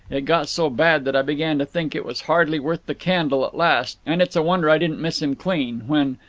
it got so bad that i began to think it was hardly worth the candle at last and it's a wonder i didn't miss him clean when,